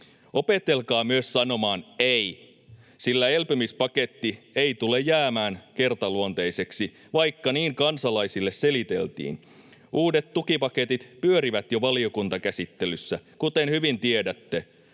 Opetelkaa myös sanomaan ”ei”, sillä elpymispaketti ei tule jäämään kertaluonteiseksi, vaikka niin kansalaisille seliteltiin. Uudet tukipaketit pyörivät jo valiokuntakäsittelyssä, kuten hyvin tiedätte.